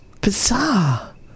bizarre